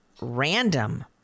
random